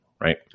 Right